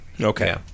Okay